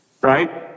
right